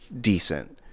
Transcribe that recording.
decent